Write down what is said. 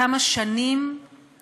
כמה שנים נמשך